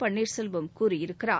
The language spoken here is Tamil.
பன்னீர்செல்வம் கூறியிருக்கிறார்